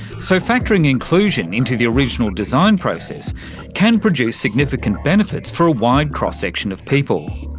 so factoring inclusion into the original design process can produce significant benefits for a wide cross-section of people.